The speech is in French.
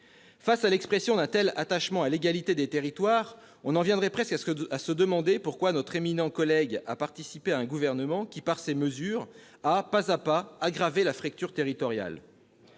Face à l'expression d'un tel attachement à l'égalité des territoires, on en viendrait presque à se demander pourquoi notre éminent collègue a participé à un gouvernement qui, par ses mesures, a, pas à pas, aggravé la fracture territoriale